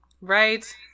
Right